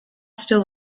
still